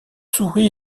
souris